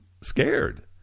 scared